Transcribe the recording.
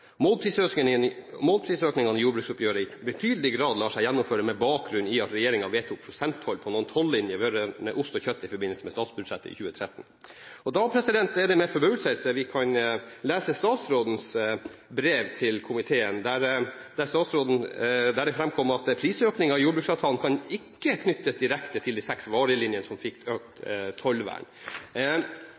viser til at målprisøkningene i jordbruksoppgjøret i betydelig grad lar seg gjennomføre med bakgrunn i at regjeringen vedtok prosenttoll på noen tollinjer vedrørende ost og kjøtt i forbindelse med statsbudsjettet i 2013. Da er det med forbauselse vi kan lese statsrådens brev til komiteen, der det framkommer at prisøkningen i jordbruksavtalen ikke kan knyttes direkte til de seks varelinjene som fikk økt tollvern.